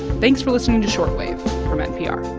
thanks for listening to short wave from npr